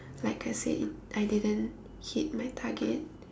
like I said I didn't hit my target